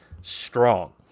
strong